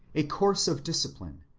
a course of dis cipline,